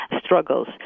struggles